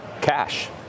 cash